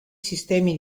sistemi